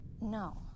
No